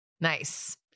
Nice